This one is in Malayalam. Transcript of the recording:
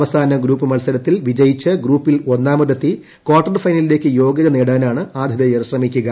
അവസാന ഗ്രൂപ്പ് മത്സർത്തിൽ വിജയിച്ച് ഗ്രൂപ്പിൽ ഒന്നാമതെത്തി കാർട്ടർ ഫൈനലില്ലേക്ക് യോഗൃത നേടാനാണ് ആതിഥേയർ ശ്രമിക്കുക